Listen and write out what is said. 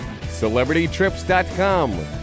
CelebrityTrips.com